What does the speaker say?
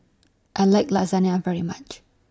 I like Lasagna very much